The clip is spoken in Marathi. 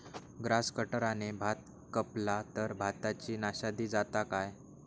ग्रास कटराने भात कपला तर भाताची नाशादी जाता काय?